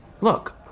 Look